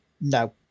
no